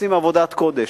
עושים עבודת קודש.